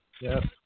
Yes